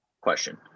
Question